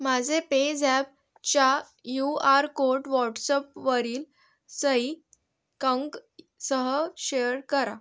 माझे पेजॲपच्या U R code व्हॉटसअपवरील सई कंकसह शेअर करा